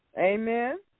Amen